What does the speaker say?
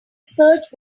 search